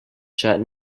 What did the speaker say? shut